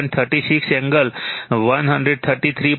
36 angle 133